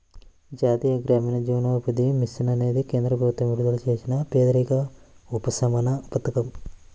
జాతీయ గ్రామీణ జీవనోపాధి మిషన్ అనేది కేంద్ర ప్రభుత్వం విడుదల చేసిన పేదరిక ఉపశమన పథకం